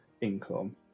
income